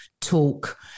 talk